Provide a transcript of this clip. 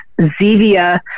Zevia